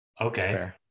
okay